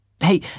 Hey